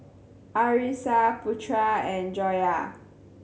Arissa Putra and Joyah